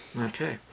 Okay